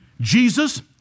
Jesus